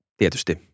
tietysti